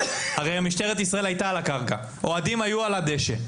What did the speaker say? הרי משטרת ישראל היתה על הקרקע והאוהדים היו על הדשא.